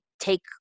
Take